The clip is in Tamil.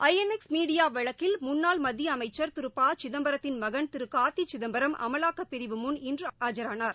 ஐ என் எஸ் மீடியா வழக்கில் முன்னாள் மத்திய அமைச்ச் திரு ப சிதம்பரத்தின் மகன் திரு கார்த்தி சிதம்பரம் அமலாக்கப் பிரிவு முன் இன்று ஆஜரானார்